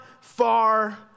far